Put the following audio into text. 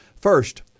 First